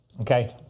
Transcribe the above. Okay